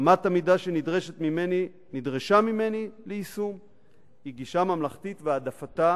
אמת המידה שנדרשה ממני ליישום היא גישה ממלכתית והעדפתה